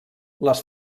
les